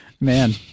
Man